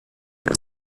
der